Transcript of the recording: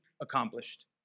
accomplished